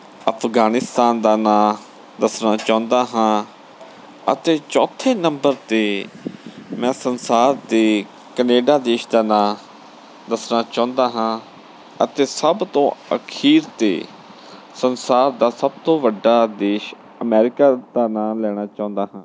ਅਫਗਾਨਿਸਤਾਨ ਦਾ ਨਾਂ ਦੱਸਣਾ ਚਾਹੁੰਦਾ ਹਾਂ ਅਤੇ ਚੌਥੇ ਨੰਬਰ 'ਤੇ ਮੈਂ ਸੰਸਾਰ ਦੇ ਕਨੇਡਾ ਦੇਸ਼ ਦਾ ਨਾਂ ਦੱਸਣਾ ਚਾਹੁੰਦਾ ਹਾਂ ਅਤੇ ਸਭ ਤੋਂ ਅਖੀਰ 'ਤੇ ਸੰਸਾਰ ਦਾ ਸਭ ਤੋਂ ਵੱਡਾ ਦੇਸ਼ ਅਮੈਰੀਕਾ ਦਾ ਨਾਂ ਲੈਣਾ ਚਾਹੁੰਦਾ ਹਾਂ